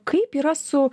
kaip yra su